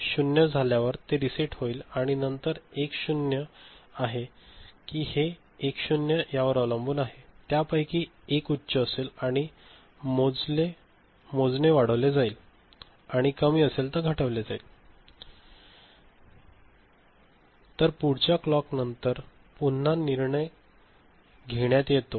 तर ते 0 झाल्यावर ते रीसेट होईल आणि नंतर हे 1 0 आहे की हे 1 0 यावर अवलंबून आहे त्यापैकी एक उच्च असेल आणि हे मोजले वाढवले जाईल किंवा कमी असेल तर घटवले जाईल तर पुढच्या क्लॉक नंतर पुन्हा निर्णय घेण्यात येतो